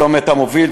צומת המוביל,